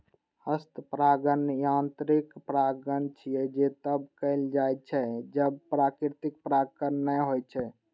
हस्त परागण यांत्रिक परागण छियै, जे तब कैल जाइ छै, जब प्राकृतिक परागण नै होइ छै